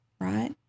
right